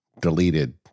deleted